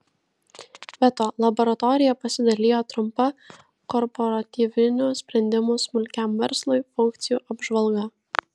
be to laboratorija pasidalijo trumpa korporatyvinių sprendimų smulkiam verslui funkcijų apžvalga